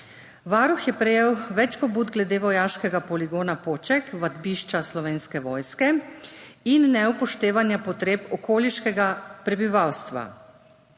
Varuh je prejel več pobud glede vojaškega poligona Poček, vadbišča Slovenske vojske, in neupoštevanja potreb okoliškega prebivalstva.